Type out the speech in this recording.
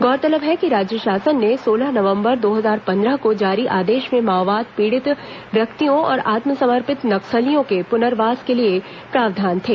गौरतलब है कि राज्य शासन ने सोलह नवंबर दो हजार पंद्रह को जारी आदेश में माओवाद पीड़ित व्यक्तियों और आत्मसमर्पित नक्सलियों के पुनर्वास के लिए प्रावधान थे